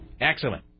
Excellent